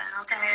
okay